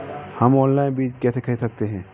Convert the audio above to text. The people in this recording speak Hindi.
हम ऑनलाइन बीज कैसे खरीद सकते हैं?